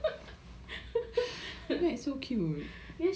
but fifty dollars for a ferris wheel